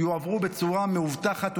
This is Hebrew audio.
יועברו בצורה מאובטחת ומדויקת.